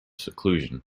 seclusion